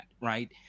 right